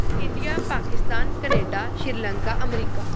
India Pakistan Canada Sri Lanka America